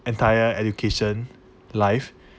entire education life